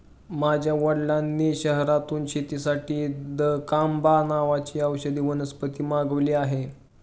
माझ्या वडिलांनी शहरातून शेतीसाठी दकांबा नावाची औषधी वनस्पती मागवली आहे